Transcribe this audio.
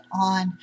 on